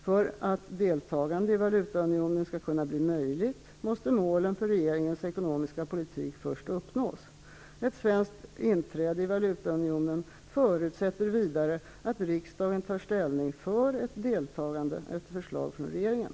För att deltagande i valutaunionen skall kunna bli möjligt måste målen för regeringens ekonomiska politik först uppnås. Ett svenskt inträde i valutaunionen förutsätter vidare att riksdagen tar ställning för ett deltagande efter förslag från regeringen.